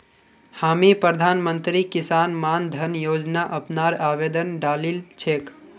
हामी प्रधानमंत्री किसान मान धन योजना अपनार आवेदन डालील छेक